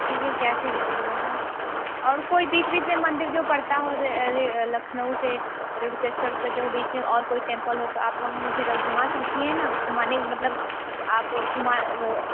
ठीक है कैस ही दे दें रहे हैं और कोई बीच बीच में मंदिर जो पड़ता हो लखनऊ से रेणुकेश्वर के जो बीच और कोई टेम्पल हो तो आप वहाँ मुझे घुमा सकती है न घुमाने मतलब आप घुमा